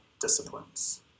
disciplines